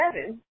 seven